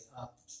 up